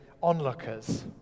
onlookers